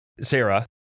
Sarah